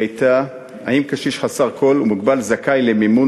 הייתה: האם קשיש חסר כול ומוגבל זכאי למימון